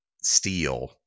steel